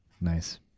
Nice